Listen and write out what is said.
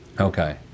Okay